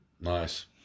Nice